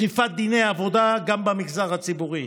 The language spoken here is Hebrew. אכיפת דיני עבודה גם במגזר הציבורי,